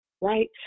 right